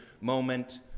moment